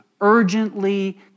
urgently